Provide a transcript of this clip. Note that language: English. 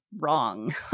wrong